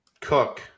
cook